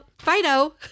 Fido